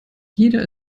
jeder